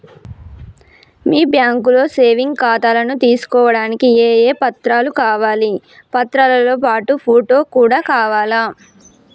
మీ బ్యాంకులో సేవింగ్ ఖాతాను తీసుకోవడానికి ఏ ఏ పత్రాలు కావాలి పత్రాలతో పాటు ఫోటో కూడా కావాలా?